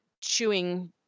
chewing